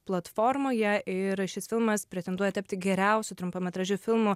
platformoje ir šis filmas pretenduoja tapti geriausiu trumpametražiu filmu